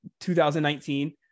2019